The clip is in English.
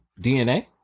DNA